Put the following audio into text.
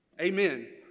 Amen